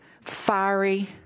fiery